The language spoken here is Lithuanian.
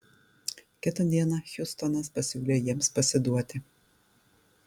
kitą dieną hiustonas pasiūlė jiems pasiduoti